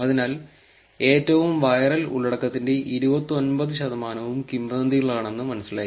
അതിനാൽ ഏറ്റവും വൈറൽ ഉള്ളടക്കത്തിന്റെ 29 ശതമാനവും കിംവദന്തികളാണെന്ന് മനസ്സിലായി